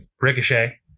ricochet